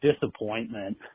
disappointment